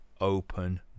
open